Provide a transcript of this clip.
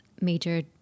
major